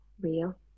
real